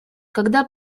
когда